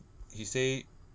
he say